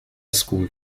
school